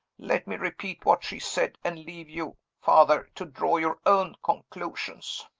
let me repeat what she said, and leave you, father, to draw your own conclusions.